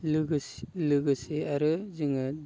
लोगोसे लोगोसे आरो जोङो